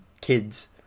kids